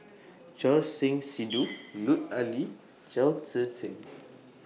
Choor Singh Sidhu Lut Ali and Chao Tzee Cheng